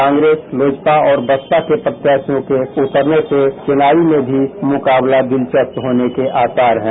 कांग्रेस लोजपा और बसपा के प्रत्याशियों के उतरने से चेनारी में भी मुकाबला दिलचस्प होने के आसार हैं